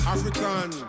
African